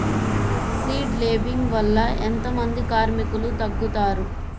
Seed లేంబింగ్ వల్ల ఎంత మంది కార్మికులు తగ్గుతారు?